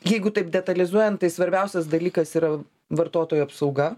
jeigu taip detalizuojant tai svarbiausias dalykas yra vartotojų apsauga